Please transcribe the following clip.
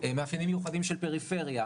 מאפיינים מיוחדים של פריפריה.